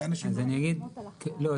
לא,